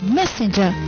messenger